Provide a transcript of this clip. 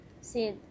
See